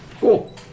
Cool